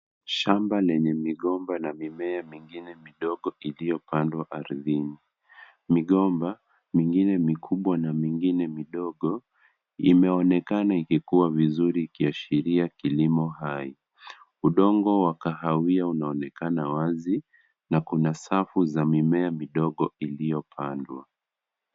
Shamba lenye migomba na mimea mingine midogo iliyo pandwa ardhini. Migomba mingine mikubwa na mingine midogo imeonekana ikikua vizuri ikiashiria kilimo hai. Udongo wa kahawia unaonekana wazi na kuna safu za mimea midogo iliyo pandwa.